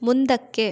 ಮುಂದಕ್ಕೆ